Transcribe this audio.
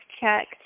checked